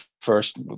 first